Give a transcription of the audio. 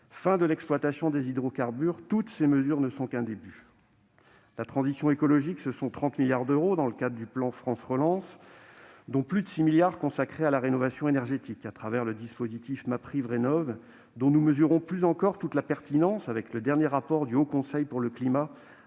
fin de l'exploitation des hydrocarbures : toutes ces mesures ne sont qu'un début. La transition écologique, c'est 30 milliards d'euros dans le cadre du plan France Relance, dont plus de 6 milliards d'euros consacrés à la rénovation énergétique dans le cadre du dispositif MaPrimeRénov', dont nous mesurons plus encore toute la pertinence avec le dernier rapport du Haut Conseil pour le climat-